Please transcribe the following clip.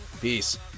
Peace